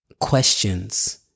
questions